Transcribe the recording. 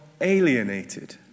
alienated